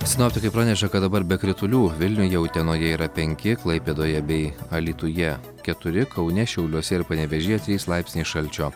sinoptikai praneša kad dabar be kritulių vilniuje utenoje yra penki klaipėdoje bei alytuje keturi kaune šiauliuose ir panevėžyje trys laipsniai šalčio